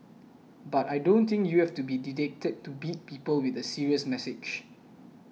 but I don't think you have to be didactic to beat people with a serious message